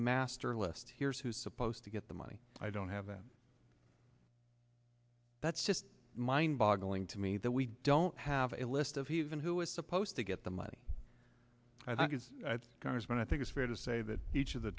master list here's who's supposed to get the money i don't have that that's just mind boggling to me that we don't have a list of who is supposed to get the money i think is going to but i think it's fair to say that each of the